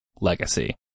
legacy